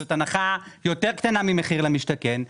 זאת הנחה יותר קטנה ממחיר למשתכן,